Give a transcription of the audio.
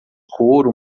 couro